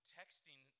texting